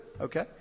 Okay